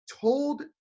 told